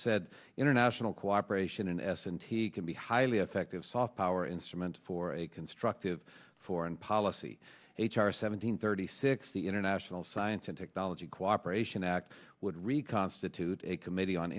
said international cooperation in s and t can be highly effective soft power instrument for a constructive foreign policy h r seventeen thirty six the international science and technology cooperation act would reconstitute a committee on